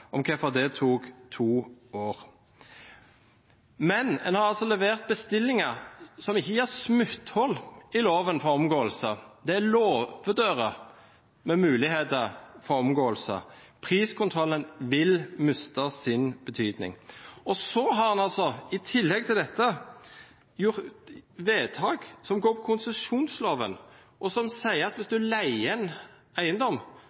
om hvorfor det tok to år. Men en har altså levert bestillingen, som ikke gir smutthull i loven for omgåelser – det er låvedører med muligheter for omgåelse. Priskontrollen vil miste sin betydning. Og så gjør en altså i tillegg til dette vedtak som går på konsesjonsloven som sier at hvis du leier en eiendom,